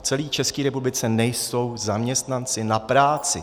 V celé České republice nejsou zaměstnanci na práci.